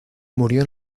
murió